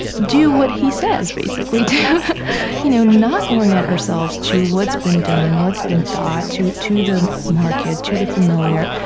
do what he says, basically to you know not orient ourselves to what's been done, what's been thought, to to the market, to the familiar,